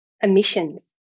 emissions